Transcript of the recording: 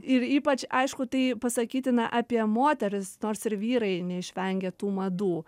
ir ypač aišku tai pasakytina apie moteris nors ir vyrai neišvengia tų madų